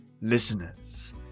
listeners